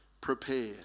prepared